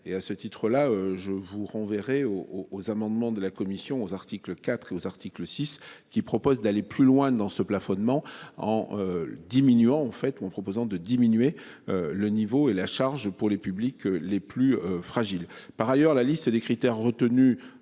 et à ce titre là je vous renverrais, au aux amendements de la commission aux articles 4 et aux articles 6 qui propose d'aller plus loin dans ce plafonnement en. Diminuant en fait tout en proposant de diminuer le niveau et la charge pour les publics les plus fragiles. Par ailleurs, la liste des critères retenus